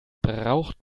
braucht